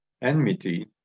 enmity